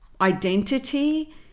identity